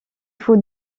faut